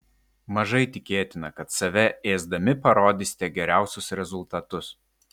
mažai tikėtina kad save ėsdami parodysite geriausius rezultatus